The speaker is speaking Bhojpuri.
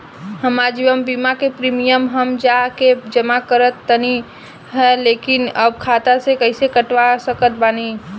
हमार जीवन बीमा के प्रीमीयम हम जा के जमा करत रहनी ह लेकिन अब खाता से कइसे कटवा सकत बानी?